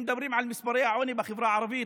אם מדברים על נתוני העוני בחברה הערבית,